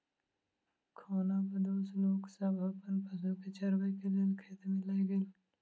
खानाबदोश लोक सब अपन पशु के चरबै के लेल खेत में लय गेल